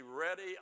ready